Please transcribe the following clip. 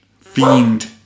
fiend